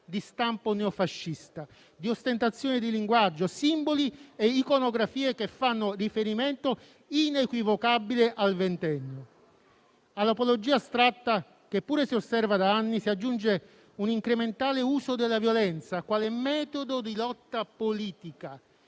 di stampo neofascista, di ostentazione di linguaggio, simboli e iconografie che fanno riferimento inequivocabile al ventennio. All'apologia astratta, che pure si osserva da anni, si aggiunge un incrementale uso della violenza quale metodo di lotta politica,